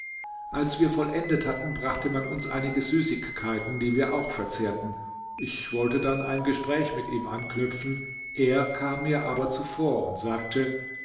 als wir vollendet hatten brachte man uns einige süßigkeiten die wir auch verzehrten ich wollte dann ein gespräch mit ihm anknüpfen er kam mir aber zuvor und sagte